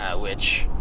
which,